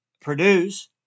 produce